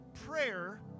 prayer